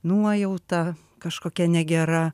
nuojauta kažkokia negera